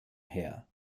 her